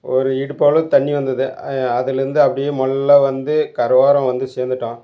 ஒரு இடுப்பளவு தண்ணி வந்தது அதிலேருந்து அப்படியே மெள்ள வந்து கரை ஓரம் வந்து சேர்ந்துட்டோம்